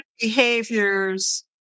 behaviors